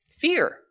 fear